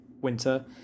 winter